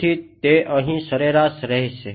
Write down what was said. તેથી તે અહીં સરેરાશ રહેશે